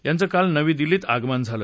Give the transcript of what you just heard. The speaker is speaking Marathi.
यांचं काल नवी दिल्लीत आगमन झालं